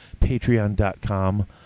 Patreon.com